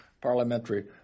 parliamentary